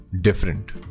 different